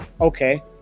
Okay